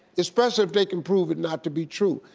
especially, if they can prove it not to be true.